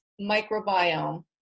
microbiome